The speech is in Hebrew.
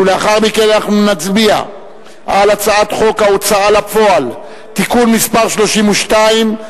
ולאחר מכן אנחנו נצביע על הצעת חוק ההוצאה לפועל (תיקון מס' 32),